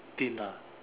thin ah